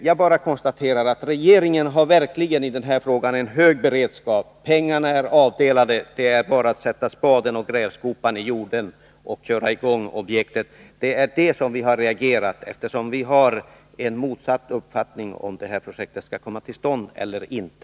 Jag konstaterar bara att regeringen har en hög beredskap i denna fråga, pengarna är avdelade, och det är bara att sätta spaden och grävskopan i jorden och köra i gång projektet. Vi har reagerat eftersom vi har motsatt uppfattning när det gäller om detta projekt skall komma till stånd eller inte.